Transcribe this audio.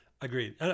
Agreed